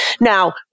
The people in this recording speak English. Now